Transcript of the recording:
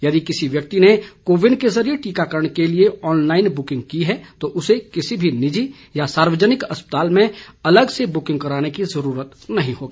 यदि किसी व्यक्ति ने को विन के जरिए टीकाकरण के लिए ऑनलाइन बुकिंग की है तो उसे किसी भी निजी या सार्वजनिक अस्पताल में अलग से बुकिंग कराने की जरूरत नहीं होगी